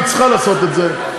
והיא צריכה לעשות את זה,